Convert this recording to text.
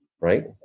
Right